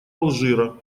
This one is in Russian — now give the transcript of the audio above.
алжира